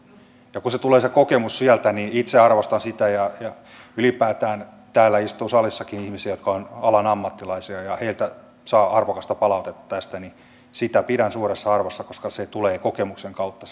kun se kokemus tulee sieltä niin itse arvostan sitä ylipäätään täällä istuu salissakin ihmisiä jotka ovat alan ammattilaisia ja heiltä saa arvokasta palautetta tästä sitä pidän suuressa arvossa koska se palaute tulee kokemuksen kautta